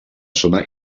zona